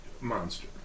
monster